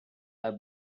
are